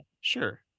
Sure